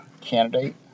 candidate